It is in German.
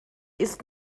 ist